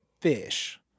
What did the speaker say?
fish